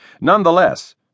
Nonetheless